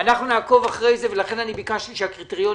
אנחנו נעקוב אחרי זה ולכן ביקשתי שהקריטריונים